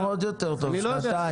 יותר, עוד יותר טוב, שנתיים.